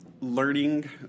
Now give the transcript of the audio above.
learning